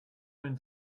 own